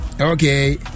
okay